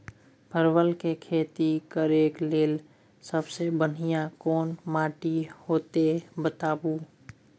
परवल के खेती करेक लैल सबसे बढ़िया कोन माटी होते बताबू?